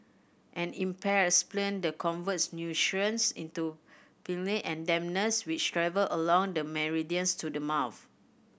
an impaired spleen the converts into and dampness which travel along the meridians to the mouth